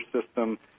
system